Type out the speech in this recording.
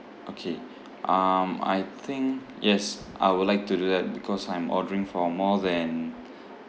okay um I think yes I would like to do that because I'm ordering for more than